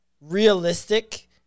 realistic